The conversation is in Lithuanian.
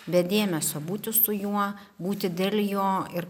bet dėmesio būti su juo būti dėl jo ir